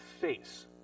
face